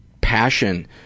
passion